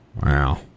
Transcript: Wow